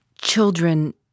children